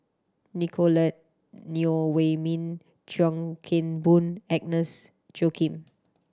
Nicolette Neo Wei Min Chuan Keng Boon Agnes Joaquim